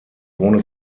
ohne